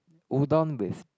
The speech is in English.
udon with